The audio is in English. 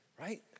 right